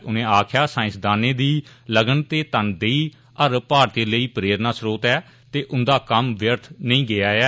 उनें आक्खेआ जे सांइसदानें दी लग्न ते तनदेही हर भारती लेई प्रेरणा स्त्रोत ऐ ते उंदा कम्म व्यर्थ नेई गेआ ऐ